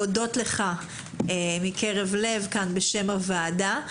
לך מקרב לב בשם הוועדה.